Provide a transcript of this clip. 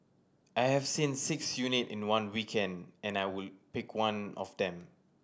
I have seen six unit in one weekend and I would pick one of them